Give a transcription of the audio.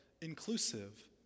inclusive